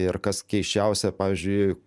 ir kas keisčiausia pavyzdžiui